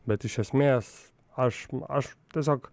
bet iš esmės aš aš tiesiog